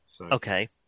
Okay